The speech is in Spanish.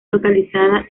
localizada